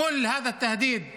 חבר הכנסת בועז